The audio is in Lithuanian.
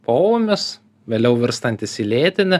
poūmis vėliau virstantis į lėtinį